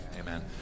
Amen